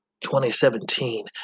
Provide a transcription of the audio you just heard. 2017